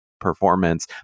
performance